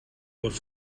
was